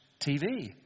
TV